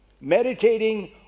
meditating